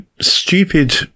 stupid